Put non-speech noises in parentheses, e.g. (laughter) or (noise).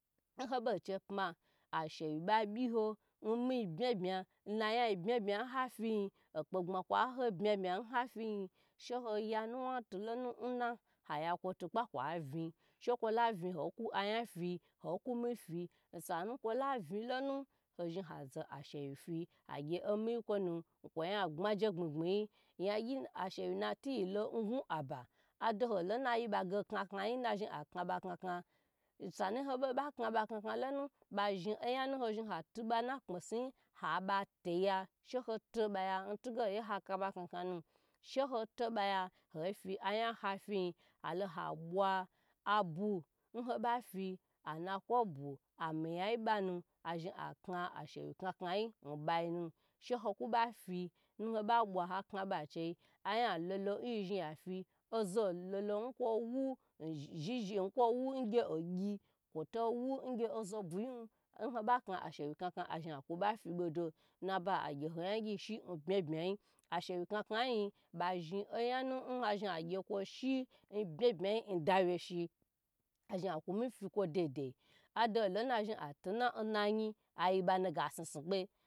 Nho bo che pma ashuwe ba byi ho n mi bya bya nnaya bya bya nha fiyi okpae gbma kwa ho bma bma nha fiyi she no ya nuwa tuna haya kwo tu kpa kwa vin she kwo la vn hoku aya fi hola umi fi sanu kwo la vn lonu hozhi ho zo ashewy fi hagye omiyi kwon okwo yan gbaje gbmi gbmi yi yayyi ashewy latiyi lo ngwa aba ado ho lo nayi ba ge kna kna yi na zhi a kna ba kna kna osanu ho ba kna b kna kna lonu ba zhn aya na ha zhi ha ti ba na knusuyi haba tiya she ho to baya ntige hoye ha kna ba kna kna n she ho to baya hofi aya hoye hafiyi ha bwa abu nho bafi nukwo ba amiyayi banu azhi akna ashewye kna kna yi n bayi nu she she ho ku ba fi nho ba bwa ha kna ba che ayan lolo nyi zhi ya fi ozo lolo ozo lo n kwo (hesitation) ngye ogyi towa ngye ozo buyi nho ba kna ashewy kna kna azhi akaba kna nchei n nayi agye ho yagyi shi n bma bma yi ashe wyi kna kna yi ba zhi ayanu na zhi agye kwo shi n bma bma yi ndawyshi azhi aku mi tiko dedu odolo na zhi atina nayi ayikwo nuge asisis pke